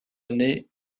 année